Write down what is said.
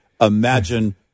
Imagine